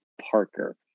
Parker